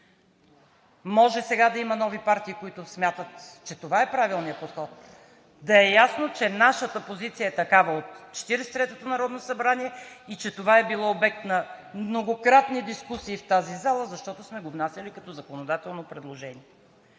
Може сега да има нови партии, които смятат, че това е правилният подход. Да е ясно, че нашата позиция е такава – от Четиридесет и третото народно събрание и че това е било обект на многократни дискусии в тази зала, защото сме го внасяли като законодателно предложение.